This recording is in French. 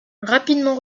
rapidement